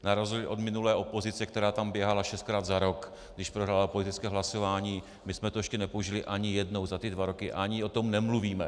Na rozdíl od minulé opozice, která tam běhala šestkrát za rok, když prohrála politické hlasování, my jsme to ještě nepoužili ani jednou za ty dva roky a ani o tom nemluvíme.